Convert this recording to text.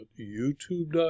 youtube.com